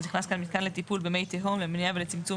אז נכנס כאן "מתקן לטיפול במי תהום למניעה ולצמצום